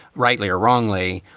rightly or wrongly,